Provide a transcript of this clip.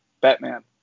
batman